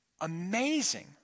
Amazing